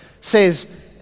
says